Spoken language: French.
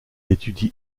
étudie